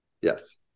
Yes